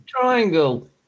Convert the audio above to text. triangle